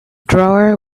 drawer